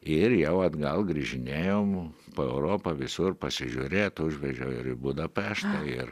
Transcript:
ir jau atgal grįžinėjom po europą visur pasižiūrėt užvežiau ir į budapeštą ir